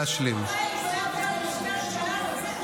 וזה בסדר, אנחנו גם מבינים את הצורך הזה.